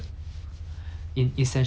他们只是来